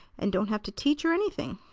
and don't have to teach or anything.